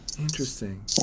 Interesting